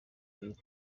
iri